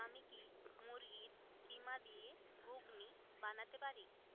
আমি কি মুরগির কিমা দিয়ে ঘুঘনি বানাতে পারি